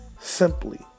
simply